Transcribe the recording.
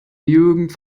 jugend